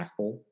impactful